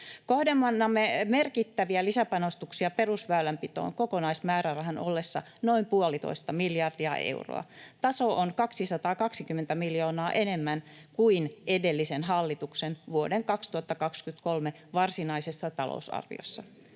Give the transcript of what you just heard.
Kohdennamme merkittäviä lisäpanostuksia perusväylänpitoon kokonaismäärärahan ollessa noin puolitoista miljardia euroa. Taso on 220 miljoonaa enemmän kuin edellisen hallituksen vuoden 2023 varsinaisessa talousarviossa.